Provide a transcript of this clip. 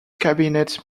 cabinet